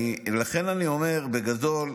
לכן אני אומר, בגדול,